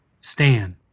Stan